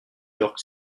york